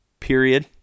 period